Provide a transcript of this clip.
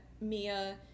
Mia